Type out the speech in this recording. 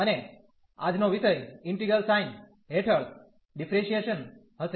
અને આજનો વિષય ઇન્ટિગ્રલ સાઇન હેઠળ ડિફરેન્શીયેશન હશે